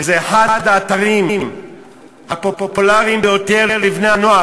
וזה אחד האתרים הפופולריים ביותר לבני-הנוער,